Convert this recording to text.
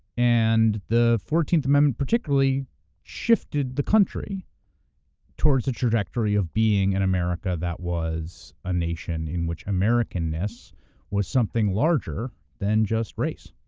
and the fourteenth amendment particularly shifted the country towards the trajectory of being an america that was a nation in which americanness was something larger than just race.